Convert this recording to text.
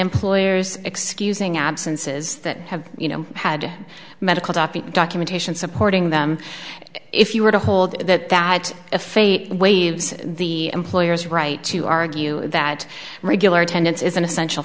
employer is excusing absences that have you know had medical documentation supporting them if you were to hold that that a faith waives the employer's right to argue that regular attendance is an essential